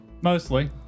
Mostly